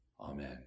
Amen